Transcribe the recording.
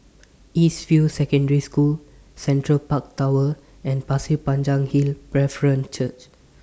East View Secondary School Central Park Tower and Pasir Panjang Hill Brethren Church